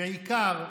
בעיקר,